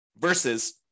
versus